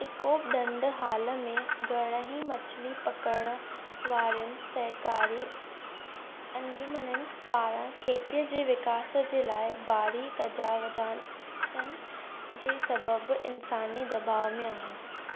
इकोप ढंढ हाल में घणियूं ई मछलीपकड़ वारियूं सहकारी अंजुमननि पारां खेत जे विकास जे लाइ भारी तजावज़ातनि जे सबबि इन्सानी दबाउ में आहिनि